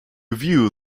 view